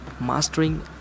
mastering